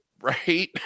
right